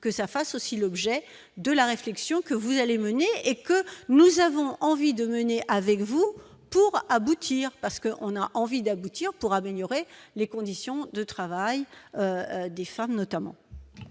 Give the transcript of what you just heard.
que ça fasse aussi l'objet de la réflexion que vous allez mener et que nous avons envie de mener avec vous pour aboutir parce que on a envie d'aboutir pour améliorer les conditions de travail des femmes notamment.